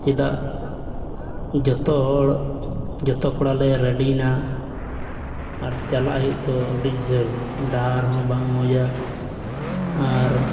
ᱪᱮᱫᱟᱜ ᱡᱚᱛᱚ ᱦᱚᱲ ᱡᱚᱛᱚ ᱠᱚᱲᱟᱞᱮ ᱨᱮᱰᱤᱭᱱᱟ ᱟᱨ ᱪᱟᱞᱟᱜ ᱦᱩᱭᱩᱜ ᱟᱛᱚ ᱟᱹᱰᱤ ᱡᱷᱟᱹᱞ ᱰᱟᱦᱟᱨ ᱦᱚᱸ ᱵᱟᱝ ᱢᱚᱡᱟ ᱟᱨ